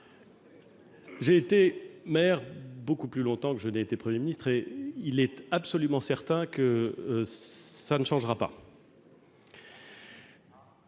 j'ai été maire beaucoup plus longtemps que je n'ai été Premier ministre et il est absolument certain que cela ne changera pas.